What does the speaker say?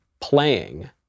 playing